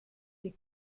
die